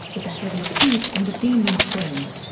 with the heavy seas and the demon strings.